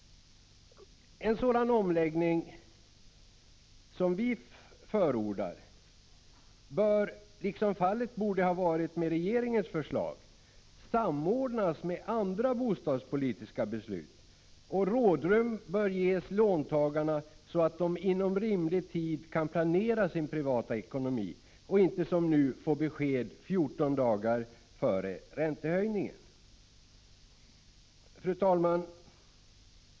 En sådan omläggning som vi förordar bör — liksom fallet borde ha varit med regeringens förslag — samordnas med andra bostadspolitiska beslut, och rådrum bör ges låntagarna så att de inom rimlig tid kan planera sin privata ekonomi och inte som nu får besked 14 dagar före räntehöjningen. Fru talman!